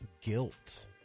guilt